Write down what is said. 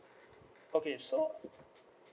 okay so